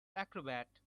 acrobat